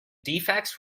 deficits